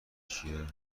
چیه